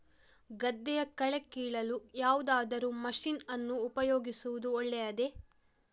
ಗದ್ದೆಯ ಕಳೆ ಕೀಳಲು ಯಾವುದಾದರೂ ಮಷೀನ್ ಅನ್ನು ಉಪಯೋಗಿಸುವುದು ಒಳ್ಳೆಯದೇ?